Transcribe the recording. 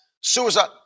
suicide